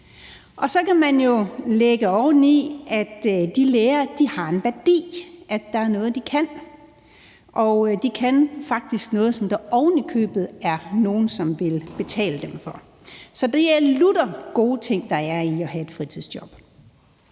i det kan man så lægge, at de lærer, at de har en værdi, at der er noget, de kan, og at de faktisk kan noget, som der ovenikøbet er nogen, som vil betale dem for. Så det er lutter gode ting, der er i at have et fritidsjob.